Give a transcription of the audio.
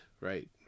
right